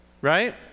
Right